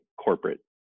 corporate